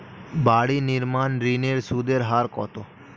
বাড়ি নির্মাণ ঋণের সুদের হার কত?